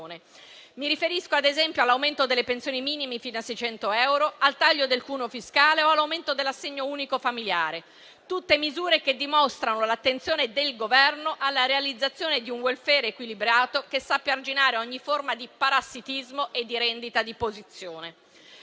Mi riferisco, ad esempio, all'aumento delle pensioni minime fino a 600 euro, al taglio del cuneo fiscale e all'aumento dell'assegno unico familiare: tutte misure che dimostrano l'attenzione del Governo alla realizzazione di un *welfare* equilibrato che sappia arginare ogni forma di parassitismo e di rendita di posizione.